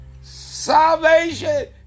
salvation